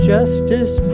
Justice